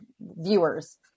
viewers